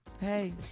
Hey